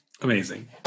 Amazing